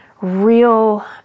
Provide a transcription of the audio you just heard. real